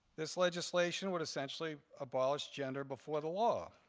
this legislation would essentially abolish gender before the law.